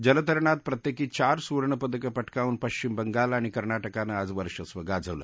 जलतरणात प्रत्येकी चार सुवर्णपदकं प क्रिावून पश्चिम बंगाल आणि कर्ना क्रिानं आज वर्चस्व गाजवलं